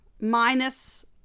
minus